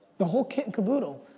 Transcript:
the whole kit and caboodle.